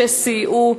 שסייעו,